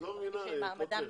את לא מבינה, קוטלר,